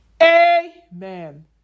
Amen